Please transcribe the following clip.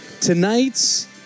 Tonight's